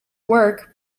work